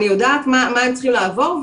אני יודעת מה הם צריכים לעבור,